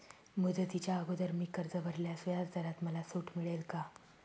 मुदतीच्या अगोदर मी कर्ज भरल्यास व्याजदरात मला सूट मिळेल का?